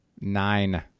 nine